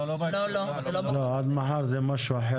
לא, עד מחר זה משהו אחר.